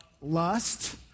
lust